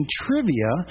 trivia